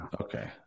Okay